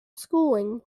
schooling